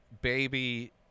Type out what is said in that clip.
baby